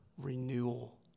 renewal